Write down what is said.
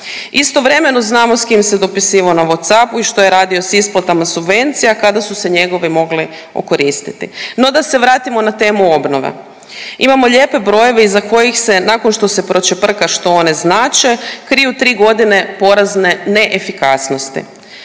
Istovremeno znamo s kim se dopisivao na Whatsappu i što je radio sa isplatama subvencija kada su se njegovi mogli okoristiti. No, da se vratimo na temu obnova. Imamo lijepe brojeve iza kojih se nakon što se pročeprka što one znače kriju tri godine porazne neefikasnosti.